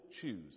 choose